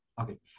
Okay